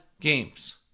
games